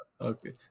Okay